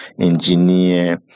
engineer